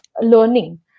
learning